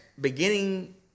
beginning